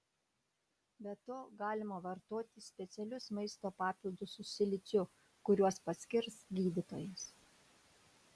be to galima vartoti specialius maisto papildus su siliciu kuriuos paskirs gydytojas